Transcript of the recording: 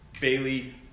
Bailey